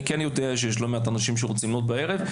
יודע שיש לא מעט אנשים שרוצים להיות בערב.